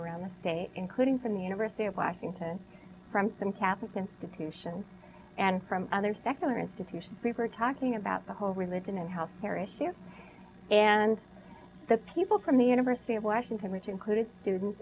around the state including from the university of washington from some catholic institutions and from other secular institution we were talking about the whole religion and health care issue and the people from the university of washington which included students